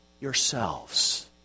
yourselves